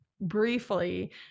briefly